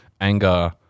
anger